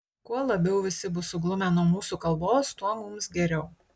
kuo labiau visi bus suglumę nuo mūsų kalbos tuo mums geriau